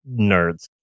nerds